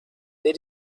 they